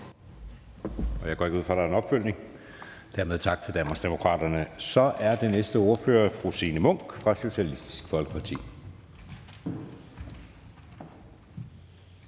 Jeg går ikke ud fra, at der er en opfølgning. Dermed tak til Danmarksdemokraterne. Så er næste ordfører fru Signe Munk fra Socialistisk Folkeparti.